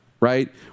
right